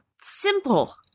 simple